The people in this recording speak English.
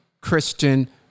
Christian